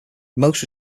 most